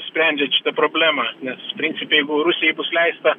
sprendžiant šitą problemą nes principo jeigu rusijai bus leista